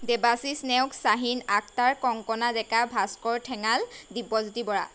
Debashis Neog Shahin Aftar Kankana Deka Bhaskar Thengal Dibyajyoti Bora